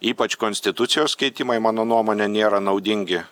ypač konstitucijos keitimai mano nuomone nėra naudingi